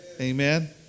Amen